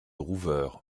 rouveure